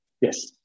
yes